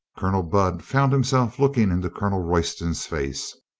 colonel budd found himself looking into colonel royston's face.